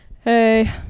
Hey